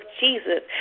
jesus